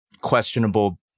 questionable